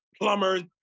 plumbers